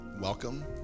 welcome